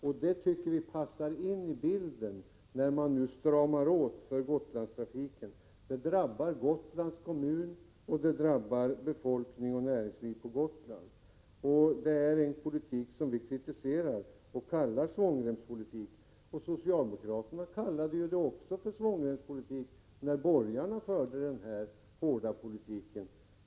Att man nu stramar åt för Gotlandstrafiken tycker vi passar in i bilden. Det drabbar Gotlands kommun, och det drabbar befolkning och näringsliv på Gotland. Det är en politik som vi kritiserar och kallar just svångremspolitik. Socialdemokraterna kallade det också för svångremspolitik när en sådan hård politik fördes av ”borgarna”.